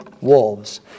wolves